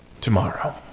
Tomorrow